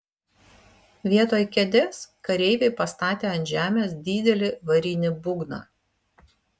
vietoj kėdės kareiviai pastatė ant žemės didelį varinį būgną